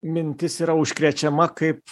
mintis yra užkrečiama kaip